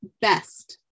best